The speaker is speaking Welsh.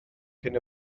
cyn